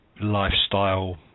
lifestyle